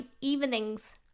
evenings